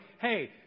hey